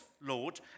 Lord